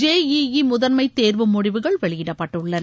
J E E முதன்ம தேர்வு முடிவுகள் வெளியிடப்பட்டுள்ளன